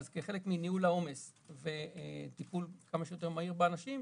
כחלק מניהול העומס טיפול כמה שיותר מהיר באנשים,